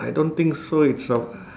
I don't think so it's a